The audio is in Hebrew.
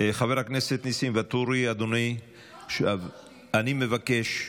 חבר הכנסת ניסים ואטורי, אני מבקש,